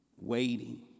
waiting